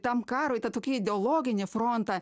tam karui tą tokį ideologinį frontą